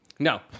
No